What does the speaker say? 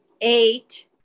Eight